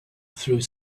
through